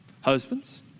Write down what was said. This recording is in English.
husbands